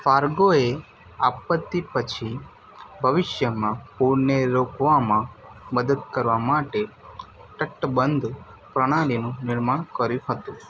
ફાર્ગોએ આપત્તિ પછી ભવિષ્યમાં પૂરને રોકવામાં મદદ કરવા માટે તટબંધ પ્રણાલીનું નિર્માણ કર્યું હતું